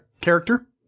character